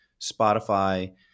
Spotify